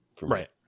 Right